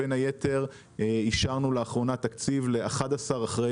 בין היתר אישרנו לאחרונה תקציב ל-11 אחראי